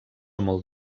molt